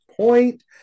point